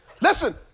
Listen